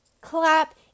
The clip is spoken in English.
Clap